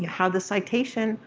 you have the citation.